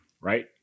right